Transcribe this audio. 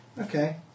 Okay